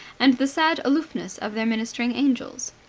and the sad aloofness of their ministering angels.